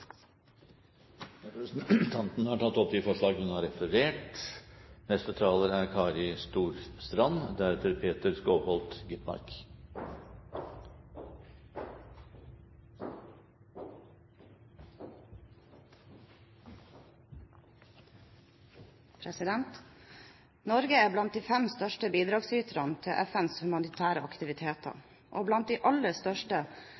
Representanten Eva Kristin Hansen har tatt opp det forslaget hun refererte til. Norge er blant de fem største bidragsyterne til FNs humanitære aktiviteter, og blant de aller største bidragsyterne til FNs